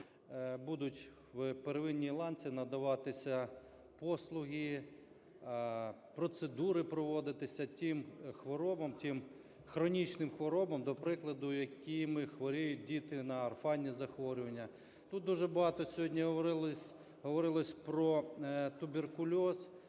будуть у первинній ланці надаватися послуги, процедури проводитися тим хворобам, тим хронічним хворобам, до прикладу, якими хворіють діти на орфанні захворювання. Тут дуже багато сьогодні говорилось про туберкульоз,